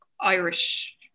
Irish